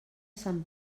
sant